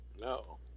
no